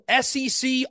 SEC